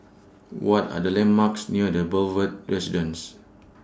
What Are The landmarks near The Boulevard Residence